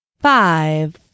Five